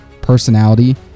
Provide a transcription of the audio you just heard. personality